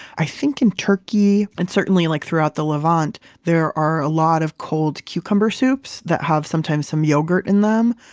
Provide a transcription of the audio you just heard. i think in turkey and certainly like throughout the lavant, there are a lot of cold cucumber soups that have sometimes some yogurt in them.